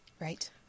Right